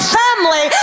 family